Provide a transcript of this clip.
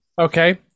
okay